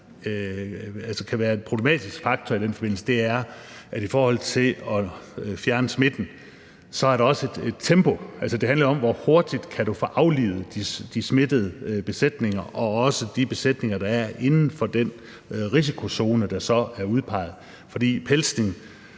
kan være en problematisk faktor i den forbindelse, er, at der i forhold til at fjerne smitten også er et tempo. Altså, det handler jo om, hvor hurtigt du kan få aflivet de smittede besætninger og også de besætninger, der er inden for den risikozone, der så er udpeget, fordi pelsning